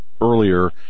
earlier